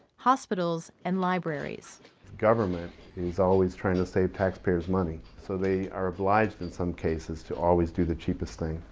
hospitals, and libraries. the government is always trying to save taxpayer's money. so they are obliged in some cases to always do the cheapest thing.